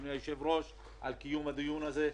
אדוני היושב-ראש, על קיום הדיון הזה.